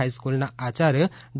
હાઈસ્કુલના આયાર્ય ડો